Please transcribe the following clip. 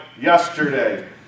yesterday